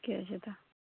ठीके छै तऽ